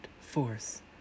force